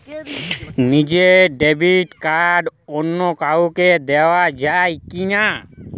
নিজের debit card অন্য কাউকে দেওয়া যায় কি না?